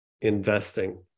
investing